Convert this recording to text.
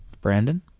Brandon